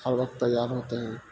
ہر وقت تیار ہوتے ہیں